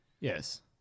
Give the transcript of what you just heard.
Yes